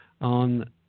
on